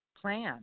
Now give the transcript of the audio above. plan